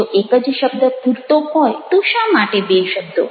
જો એક જ શબ્દ પૂરતો હોય તો શા માટે બે શબ્દો